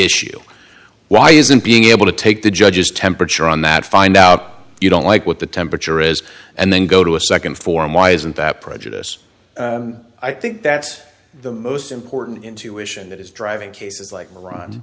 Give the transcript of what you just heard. issue why isn't being able to take the judge's temperature on that find out you don't like what the temperature is and then go to a second form why isn't that prejudice i think that's the most important intuition that is driving cases like iran